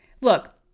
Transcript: Look